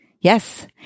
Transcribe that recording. Yes